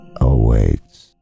awaits